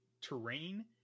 terrain